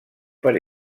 per